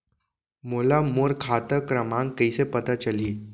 मोला मोर खाता क्रमाँक कइसे पता चलही?